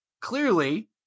clearly